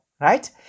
right